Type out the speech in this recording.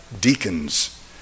deacons